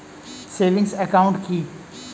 Savings account কি?